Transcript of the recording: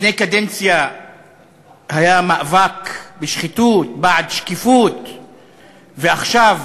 לפני קדנציה היה מאבק בשחיתות, בעד שקיפות, ועכשיו